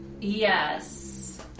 Yes